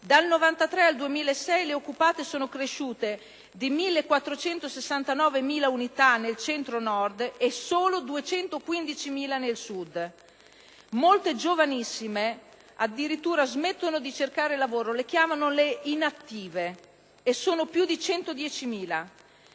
Dal 1993 al 2006 le occupate sono cresciute di 1.469.000 unità nel centro-nord e solo di 215.000 nel Sud. Molte giovanissime addirittura smettono di cercare lavoro. Le chiamano le "inattive" e sono più di 110.000.